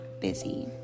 busy